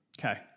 Okay